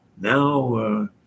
now